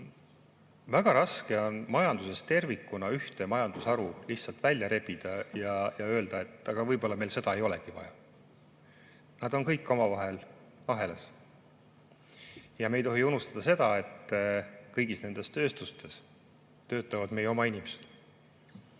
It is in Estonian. väga raske on majanduses tervikuna ühte majandusharu lihtsalt välja rebida ja öelda, et aga võib-olla meil seda ei olegi vaja. Nad on kõik omavahel ahelas. Ja me ei tohi unustada, et kõigis nendes tööstustes töötavad meie oma inimesed,